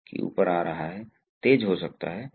यहां तक कि उच्च स्थिर दबाव भी स्थिर नहीं रह सकता है